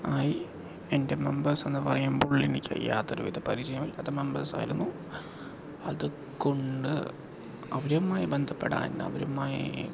ആയി എൻ്റെ മെമ്പേഴ്സ് എന്ന് പറയുമ്പോൾ എനിക്ക് യാതൊരുവിധ പരിചയമില്ലാത്ത മെമ്പേഴ്സ് ആയിരുന്നു അതുകൊണ്ട് അവരുമായി ബന്ധപ്പെടാൻ അവരുമായി